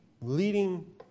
leading